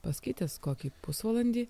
paskaitęs kokį pusvalandį